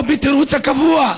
או בתירוץ הקבוע: